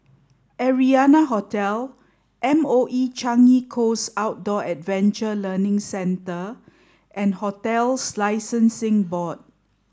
Arianna Hotel M O E Changi Coast Outdoor Adventure Learning Centre and Hotels Licensing Board